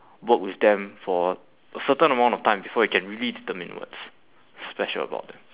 work with them for a certain amount of time before you can really determine what's special about them